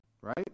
right